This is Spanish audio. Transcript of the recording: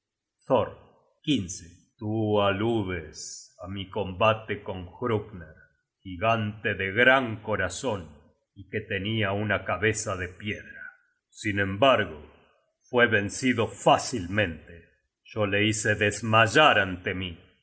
tú aludes á mi combate con hrugner gigante de gran corazon y que tenia una cabeza de piedra sin embargo fue vencido fácilmente yo le hice desmayar ante mí